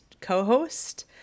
co-host